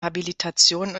habilitation